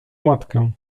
matkę